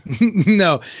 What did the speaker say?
No